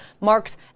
marks